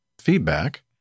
feedback